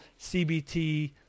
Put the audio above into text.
CBT